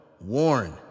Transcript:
warn